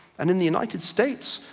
and in the united states,